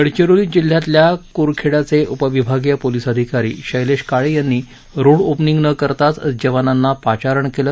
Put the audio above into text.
गडचिरोली जिल्ह्यातल्या कुरखेड्याचे उपविभागीय पोलिस अधिकारी शैलेश काळे यांनी रोड ओपनिंग न करताच जवानांना पाचारण केले